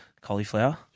cauliflower